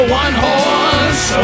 one-horse